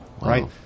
right